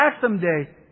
someday